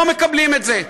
לא מקבלים את זה.